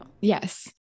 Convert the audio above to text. Yes